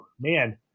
man